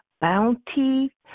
bounty